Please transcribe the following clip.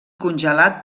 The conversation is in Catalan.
congelat